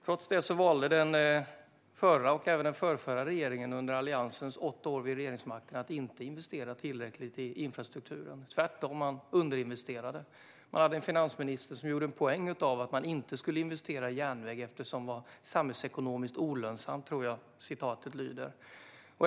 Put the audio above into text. Trots det valde den förra och även den förrförra regeringen under Alliansens år vid regeringsmakten att inte investera tillräckligt i infrastrukturen. Tvärtom underinvesterade man och hade en finansminister som gjorde en poäng av att man inte skulle investera i järnväg eftersom den var samhällsekonomiskt olönsam, som jag tror att han uttryckte det.